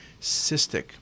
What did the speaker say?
Cystic